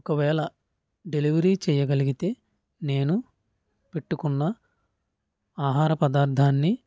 ఒకవేళ డెలివరీ చేయగలిగితే నేను పెట్టుకున్న ఆహార పదార్థాన్ని